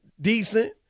decent